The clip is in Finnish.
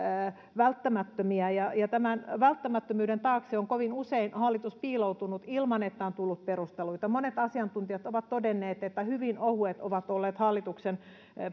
välttämättömiä tämän välttämättömyyden taakse on kovin usein hallitus piiloutunut ilman että on tullut perusteluita monet asiantuntijat ovat todenneet että hyvin ohuet ovat olleet hallituksen